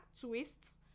twists